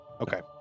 Okay